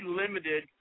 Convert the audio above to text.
limited